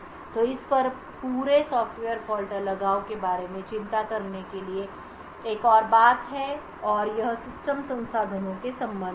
तो इस पूरे सॉफ्टवेयर फॉल्ट अलगाव के बारे में चिंता करने के लिए एक और बात है और यह सिस्टम संसाधनों के संबंध में है